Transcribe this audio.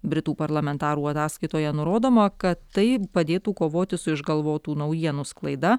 britų parlamentarų ataskaitoje nurodoma kad tai padėtų kovoti su išgalvotų naujienų sklaida